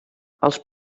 els